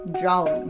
jolly